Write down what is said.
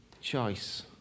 choice